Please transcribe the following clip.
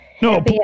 No